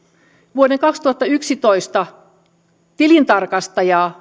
vuoden kaksituhattayksitoista tilintarkastajaa